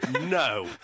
No